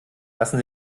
lassen